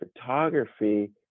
photography